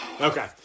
Okay